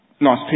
Nice